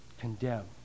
condemn